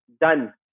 done